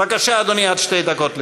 בבקשה, אדוני, עד שתי דקות לרשותך.